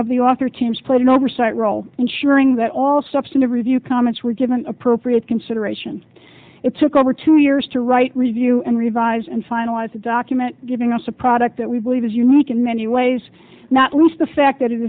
of the author teams played an oversight role ensuring that all substantive review comments were given appropriate consideration it took over two years to write review and revise and finalize the document giving us a product that we believe is unique in many ways not least the fact that it